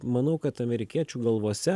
manau kad amerikiečių galvose